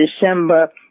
December